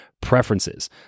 preferences